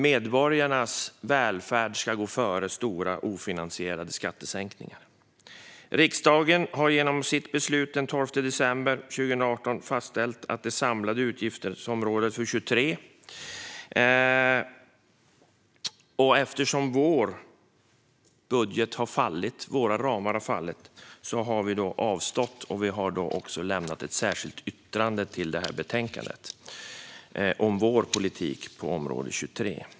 Medborgarnas välfärd ska gå före stora ofinansierade skattesänkningar. Riksdagen har genom sitt beslut den 12 december 2018 fastställt de samlade utgifterna för utgiftsområde 23. Eftersom vår budget och våra ramar har fallit har vi avstått från att delta i beslutet och lämnat ett särskilt yttrande i betänkandet om vår politik inom utgiftsområde 23.